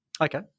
Okay